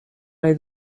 nahi